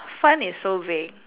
fun is so vague